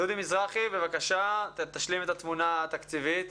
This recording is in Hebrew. דודי מזרחי, בבקשה תשלים את התמונה התקציבית.